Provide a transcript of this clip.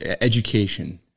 education